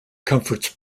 comforts